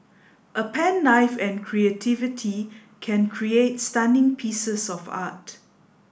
a pen knife and creativity can create stunning pieces of art